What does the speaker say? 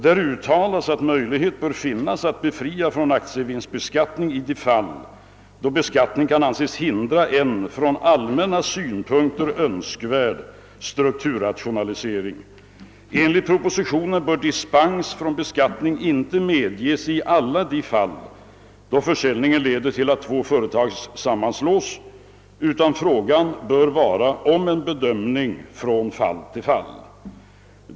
Där uttalas att möjlighet bör finnas att befria från aktievinstbeskattning i de fall, då beskattning kan anses hindra en från allmänna synpunkter önskvärd strukturrationalisering. Enligt propositionen bör dispens från beskattning inte medges i alla de fall då försäljningen leder till att två företag sammanslås, utan fråga bör vara om en bedömning från fall till fall.